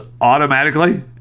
automatically